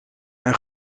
een